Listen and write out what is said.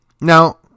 Now